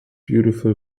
beautiful